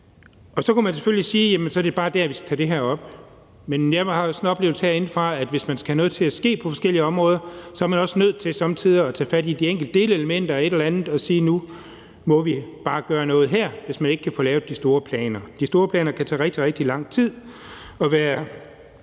Og så kunne man selvfølgelig sige: Jamen så er det bare der, vi skal tage det her op. Men jeg har så den oplevelse herindefra, at hvis man vil have noget til at ske på forskellige områder, så er man også nødt til somme tider at tage fat i de enkelte delelementer af et eller andet og sige, at nu må vi gøre noget her, hvis man ikke kan få lavet de store planer. De store planer kan tage rigtig, rigtig lang tid og være